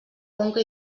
conca